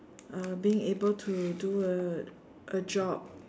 uh being able to do a a job